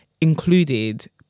included